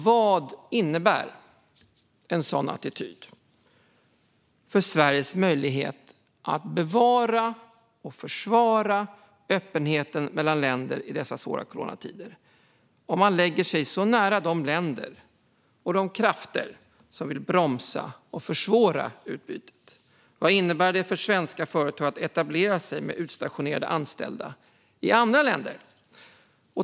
Vad innebär en sådan attityd för Sveriges möjlighet att bevara och försvara öppenheten mellan länder i dessa svåra coronatider om man lägger sig så nära de länder och de krafter som vill bromsa och försvåra utbytet? Vad innebär det för svenska företag att etablera sig med utstationerade anställda i andra länder?